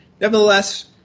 Nevertheless